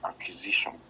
acquisition